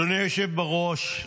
אדוני היושב-ראש,